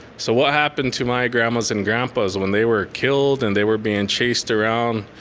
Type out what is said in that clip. so what happened to my grandmas and grandpas, when they were killed, and they were being chased around,